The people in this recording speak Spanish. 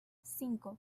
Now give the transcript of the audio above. cinco